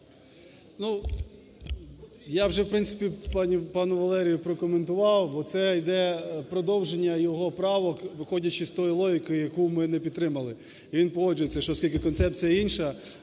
я вже в принципі пану Валерію прокоментував, бо це іде продовження його правок, виходячи з тої логіки, яку ми не підтримали. Він погоджується, що оскільки концепція інша,